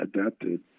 adapted